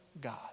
God